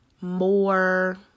more